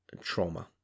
trauma